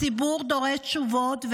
הציבור דורש תשובות,